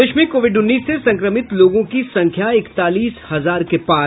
प्रदेश में कोविड उन्नीस से संक्रमित लोगों की संख्या इकतालीस हजार के पार